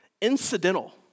incidental